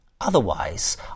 Otherwise